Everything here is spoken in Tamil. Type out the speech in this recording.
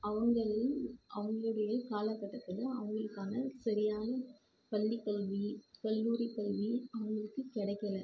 அவங்களும் அவங்களுடைய காலக்கட்டத்தில் அவங்களுக்கான சரியான பள்ளிக்கல்வி கல்லூரிக்கல்வி அவங்களுக்கு கிடைக்கல